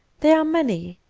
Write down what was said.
they are many.